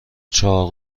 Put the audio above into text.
چهار